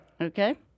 Okay